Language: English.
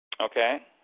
Okay